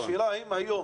השאלה האם היום